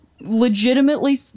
legitimately